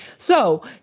so,